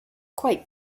quite